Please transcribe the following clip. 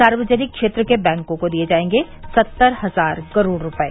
सार्वजनिक क्षेत्र के बैंकों को दिए जायेंगे सत्तर हजार करोड़ रुपये